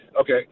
Okay